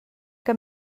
que